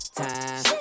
time